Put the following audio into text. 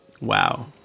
Wow